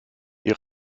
die